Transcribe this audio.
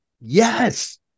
yes